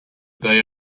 they